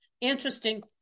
Interesting